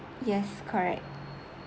yes correct